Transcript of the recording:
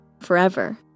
forever